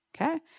Okay